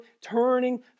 turning